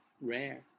rare